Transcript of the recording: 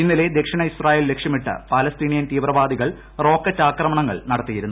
ഇന്നലെ ദക്ഷിണ ഇസ്രയേൽ ലക്ഷ്യമിട്ട് പാലസ്തീനിയൻ തീവ്രവാദികൾ റോക്കറ്റാക്രമണങ്ങൾ നടത്തിയിരുന്നു